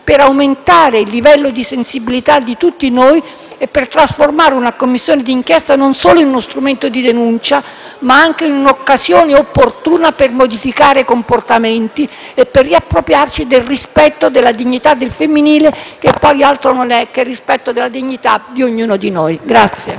per aumentare il livello di sensibilità di tutti noi e per trasformare una Commissione d'inchiesta, non solo in uno strumento di denuncia, ma anche in un'occasione opportuna per modificare comportamenti e per riappropriarci del rispetto della dignità del femminile, che poi altro non è che rispetto della dignità di ognuno di noi.